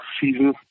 season